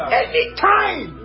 Anytime